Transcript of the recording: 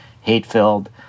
hate-filled